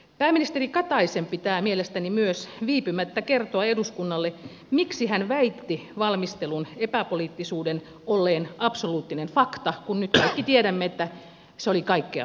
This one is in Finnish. pääministeri kataisen pitää mielestäni myös viipymättä kertoa eduskunnalle miksi hän väitti valmistelun epäpoliittisuuden olleen absoluuttinen fakta kun nyt kaikki tiedämme että se oli kaikkea muuta